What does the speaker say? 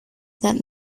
that